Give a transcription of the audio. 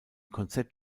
konzept